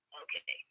okay